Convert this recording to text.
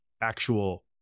actual